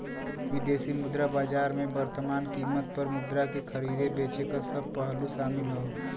विदेशी मुद्रा बाजार में वर्तमान कीमत पर मुद्रा के खरीदे बेचे क सब पहलू शामिल हौ